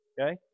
Okay